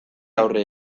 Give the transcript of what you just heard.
aurre